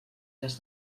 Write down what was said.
cas